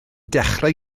dechrau